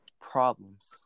problems